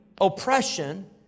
oppression